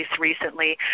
recently